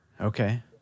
Okay